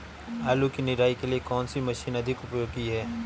आलू की निराई के लिए कौन सी मशीन अधिक उपयोगी है?